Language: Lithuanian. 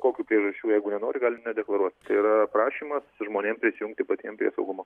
kokių priežasčių jeigu nenori gali nedeklaruot tai ir prašymas žmonėm prisijungti patiem prie saugumo